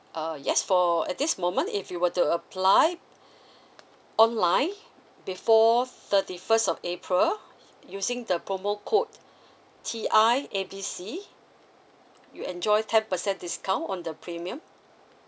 uh yes for at this moment if you were to apply online before thirty first of april using the promo code T I A B C you enjoy ten percent discount on the premium